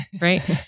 right